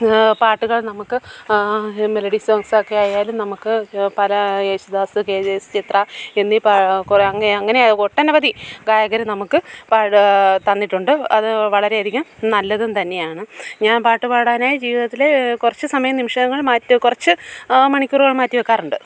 പാട്ടുകൾ നമുക്ക് മെലഡി സോങ്സൊക്കെ ആയാലും നമുക്ക് പല Yesudas K J S Chithra എന്നീ പ കുറേ അങ്ങനെ അങ്ങനെ ഒട്ടനവധി ഗായകർ നമുക്ക് പ തന്നിട്ടുണ്ട് അതു വളരെയധികം നല്ലതും തന്നെയാണ് ഞാൻ പാട്ടു പാടാനായി ജീവിതത്തിൽ കുറച്ചു സമയം നിമിഷങ്ങൾ മാറ്റി കുറച്ച് മണിക്കൂറുകൾ മാറ്റി വെക്കാറുണ്ട്